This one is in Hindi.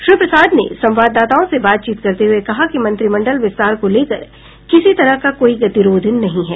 श्री प्रसाद ने संवाददाताओं से बातचीत करते हुए कहा कि मंत्रिमंडल विस्तार को लेकर किसी तरह का कोई गतिरोध नहीं है